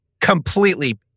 completely